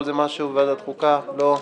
התשע"ח-2018 (פ/5081/20),